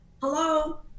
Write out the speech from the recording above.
hello